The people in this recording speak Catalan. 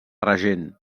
regent